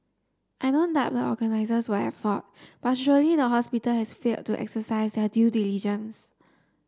I don't doubt the organisers were at fault but surely the hospital has failed to exercise their due diligence